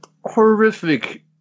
horrific